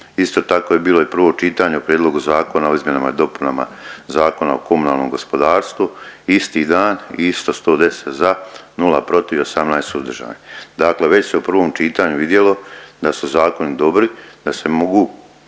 Isto tako je bilo i prvo čitanje o Prijedlogu zakona o izmjenama i dopunama Zakona o komunalnom gospodarstvu isti dan i isto 110 za, 0 protiv, 18 suzdržanih. Dakle, već se u prvom čitanju vidjelo da su zakoni dobri, da se mogu